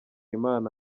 imana